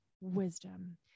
wisdom